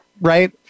right